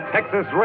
Texas